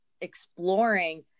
exploring